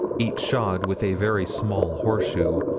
each shod with a very small horseshoe,